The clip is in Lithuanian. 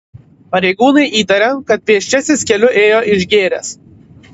pareigūnai įtaria kad pėsčiasis keliu ėjo išgėręs